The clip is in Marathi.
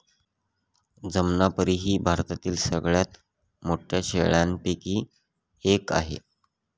जमनापरी ही भारतातील सगळ्यात मोठ्या शेळ्यांपैकी एक आहे